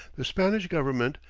the spanish government,